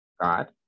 God